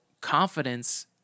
confidence